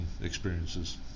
experiences